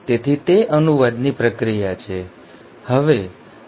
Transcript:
તેથી તે અનુવાદની પ્રક્રિયા છે